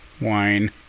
Wine